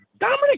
Dominic